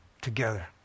Together